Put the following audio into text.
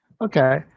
Okay